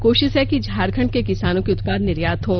कोशिश है कि झारखंड के किसानों के उत्पाद निर्यात हों